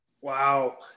Wow